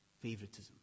favoritism